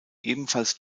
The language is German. ebenfalls